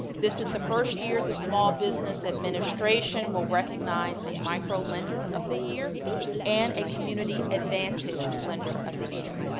this is the first year the small business administration administration will recognize a microlender of the year and a community advantage lender of the year.